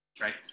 right